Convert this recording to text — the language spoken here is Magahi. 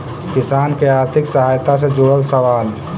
किसान के आर्थिक सहायता से जुड़ल सवाल?